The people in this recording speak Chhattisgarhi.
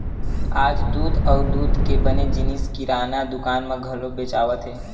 आज दूद अउ दूद के बने जिनिस किराना दुकान म घलो बेचावत हे